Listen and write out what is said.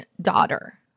daughter